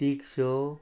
तीख शोव